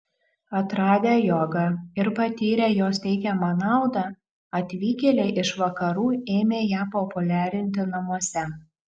atradę jogą ir patyrę jos teikiamą naudą atvykėliai iš vakarų ėmė ją populiarinti namuose